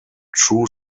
true